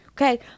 Okay